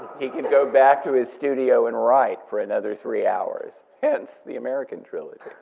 he could go back to his studio and write for another three hours. hence the american trilogy,